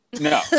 No